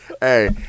Hey